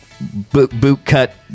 boot-cut